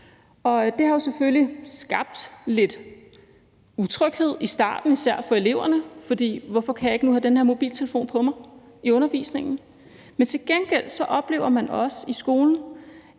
det har selvfølgelig skabt lidt utryghed i starten, især for eleverne, der har spurgt: Hvorfor kan jeg nu ikke have den her mobiltelefon på mig i undervisningen? Men til gengæld oplever man også i skolen,